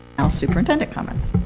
now superintendent comments.